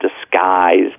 disguised